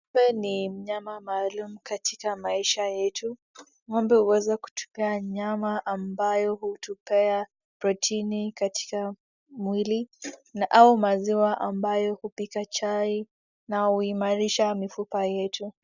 Ngombe ni mnyama maalum katika maisha yetu, ngombe huweza kutupea nyama ambayo hutupea protini katika mwili au maziwa ambayo hupika chai na huimarisha mifupa yetu.